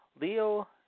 Leo